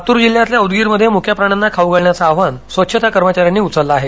लातूर जिल्ह्यातल्या उदगीरमध्ये मुक्या प्राण्यांना खाऊ घालण्याचं आव्हान स्वच्छता कर्मचाऱ्यांनी उचललं आहे